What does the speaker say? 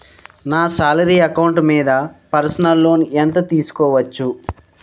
నా salary account మీద personal loan ఎంత తీసుకోవచ్చు?